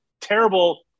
terrible